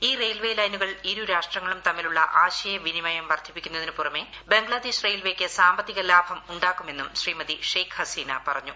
ഈ റെയിൽവേ ലൈനുകൾ ഇരുരാഷ്ട്രങ്ങളും തമ്മിലുള്ള ആശയ വിനിമയം വർദ്ധിപ്പിക്കുന്നതിന് ബംഗ്ലാദേശ് റെയിൽവേയ്ക്ക് സാമ്പത്തിക പുറമെ ലാഭം ഉണ്ടാക്കുമെന്നും ശ്രീമതി ഷേഖ് ഹസീന പറഞ്ഞു